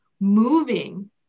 moving